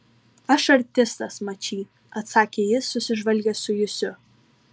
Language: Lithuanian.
aš artistas mačy atsakė jis susižvalgęs su jusiu